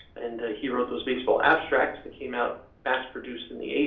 and he wrote those baseball abstracts that came out massed produced in the eighty